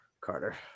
Carter